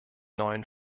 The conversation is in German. neuen